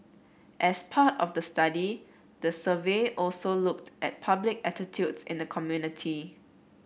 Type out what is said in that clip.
as part of the study the survey also looked at public attitudes in the community